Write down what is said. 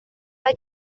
mae